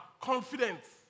confidence